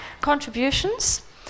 contributions